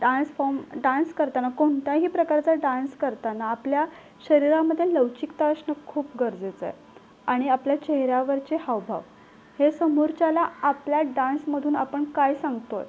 dance form dance करताना कोणताही प्रकारचा डांस करताना आपल्या शरीरामध्ये लवचिकता असणं खूप गरजेचं आहे आणि आपल्या चेहऱ्यावरचे हावभाव हे समोरच्याला आपल्या डांसमधून आपण काय सांगतो आहे